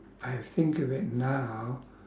I think of it now